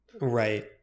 Right